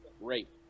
rape